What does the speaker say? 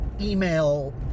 email